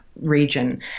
region